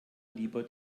lieber